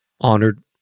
honored